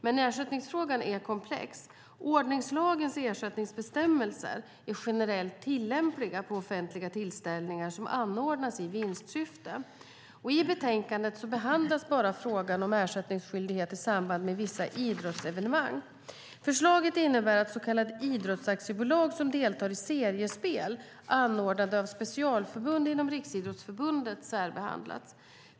Men ersättningsfrågan är komplex. Ordningslagens ersättningsbestämmelser är generellt tillämpliga på offentliga tillställningar som anordnas i vinstsyfte. I betänkandet behandlas bara frågan om ersättningsskyldighet i samband med vissa idrottsarrangemang. Förslaget innebär att så kallade idrottsaktiebolag som deltar i seriespel anordnade av specialförbund inom Riksidrottsförbundet särbehandlas.